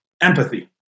empathy